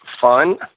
fun